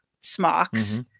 smocks